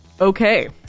okay